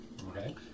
Okay